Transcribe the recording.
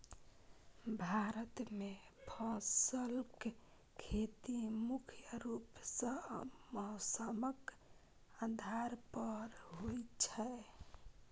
भारत मे फसलक खेती मुख्य रूप सँ मौसमक आधार पर होइ छै